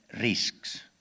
risks